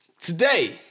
Today